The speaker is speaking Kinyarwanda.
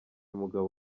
umugabo